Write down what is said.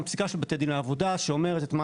פסיקה של בתי דין לעבודה שאומרת את מה